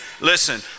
Listen